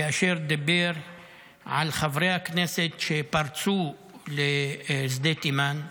כאשר דיבר על חברי הכנסת שפרצו לשדה תימן,